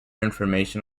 information